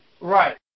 Right